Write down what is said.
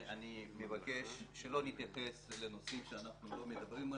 אני מבקש שלא נתייחס לנושאים שאנחנו לא מדברים עליהם,